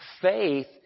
Faith